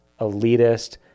elitist